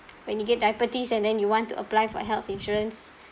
when you get diabetes and then you want to apply for health insurance